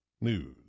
News